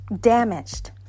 damaged